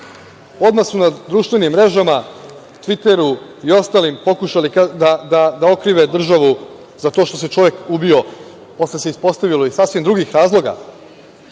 odmah su na društvenim mrežama, „Tviteru“ i ostalim pokušali da okrive državu za to što se čovek ubio, posle se ispostavilo iz sasvim drugih razloga. Jedan